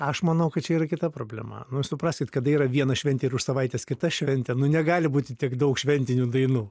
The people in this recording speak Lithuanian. aš manau kad čia yra kita problema nu jūs suprasit kada yra viena šventė ir už savaitės kita šventė negali būti tiek daug šventinių dainų